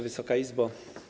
Wysoka Izbo!